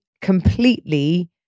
completely